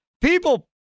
People